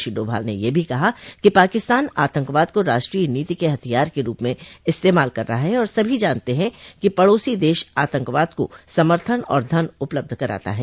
श्री डोभाल ने यह भी कहा कि पाकिस्तान आतंकवाद को राष्ट्रीय नीति के हथियार के रूप में इस्तेमाल कर रहा है और सभी जानते हैं कि पडोसी देश आतंकवाद को समर्थन और धन उपलब्ध कराता है